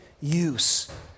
use